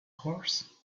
horse